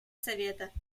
совета